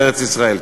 בארץ-ישראל.